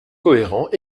cohérent